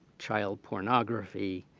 child pornography,